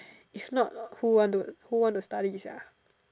is not who want to who want to study ya